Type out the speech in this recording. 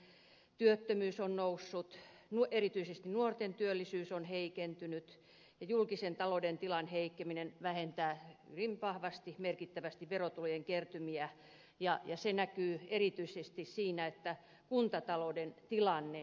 velkaantuminen työttömyys on noussut erityisesti nuorten työllisyys on heikentynyt ja julkisen talouden tilan heikkeneminen vähentää hyvin vahvasti merkittävästi verotulojen kertymiä ja se näkyy erityisesti siinä että kuntatalouden tilanne heikkenee